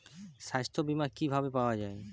সাস্থ্য বিমা কি ভাবে পাওয়া যায়?